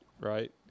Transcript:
right